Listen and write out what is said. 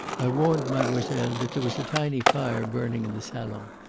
i warned mademoiselle that there was a tiny fire burning in the salon.